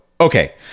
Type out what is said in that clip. Okay